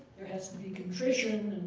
there has to be contrition,